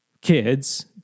kids